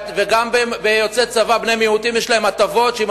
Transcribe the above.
גם לבני מיעוטים יוצאי צבא יש הטבות שאם